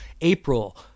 April